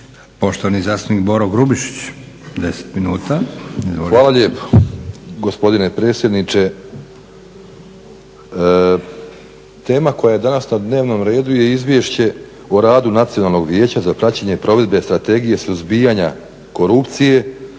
Izvolite. **Grubišić, Boro (HDSSB)** Hvala lijepo gospodine predsjedniče. Tema koja je danas na dnevnom redu je Izvješće o radu Nacionalnog vijeća za praćenje provedbe Strategije suzbijanja korupcije